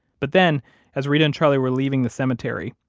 but then as reta and charlie were leaving the cemetery,